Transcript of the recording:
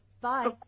Bye